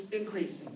increasing